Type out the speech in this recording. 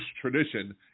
tradition